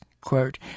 quote